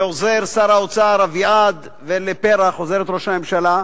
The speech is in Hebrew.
לעוזר שר האוצר אביעד ולפרח, עוזרת ראש הממשלה,